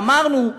ואמרנו,